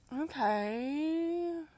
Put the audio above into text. okay